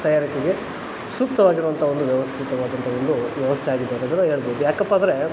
ತಯಾರಿಕೆಗೆ ಸೂಕ್ತವಾಗಿರುವಂತ ಒಂದು ವ್ಯವಸ್ಥಿತವಾದಂಥ ಒಂದು ವ್ಯವಸ್ಥೆ ಆಗಿತ್ತು ಹೇಳ್ಬೋದ್ ಯಾಕಪ್ಪ ಅಂದ್ರೇ